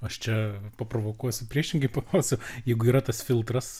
aš čia paprovokuosiu priešingai paklausiu jeigu yra tas filtras